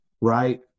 right